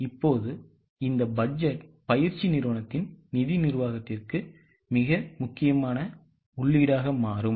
இப்போது இந்த பட்ஜெட் பயிற்சி நிறுவனத்தின் நிதி நிர்வாகத்திற்கு மிக முக்கியமான உள்ளீடாக மாறும்